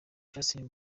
justin